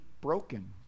broken